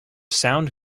sound